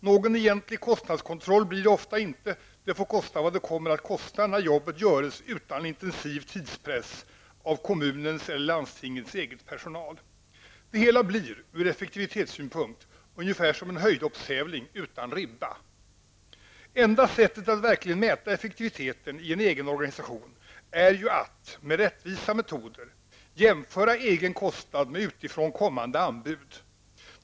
Någon egentlig kostnadskontroll blir det ofta inte, det får kosta vad det kommer att kosta när jobbet görs utan intensiv tidspress av kommunens eller landstingets egen personal. Det hela blir -- ur effektivitetssynpunkt -- ungefär som en höjdhoppstävling utan ribba. Enda sättet att verkligen mäta effektiviteten i en egen organisation är ju att -- med rättvisa metoder -- jämföra egen kostnad med utifrån kommande anbud.